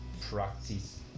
Practice